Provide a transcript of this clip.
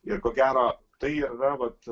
ir ko gero tai ir yra vat